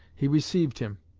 he received him.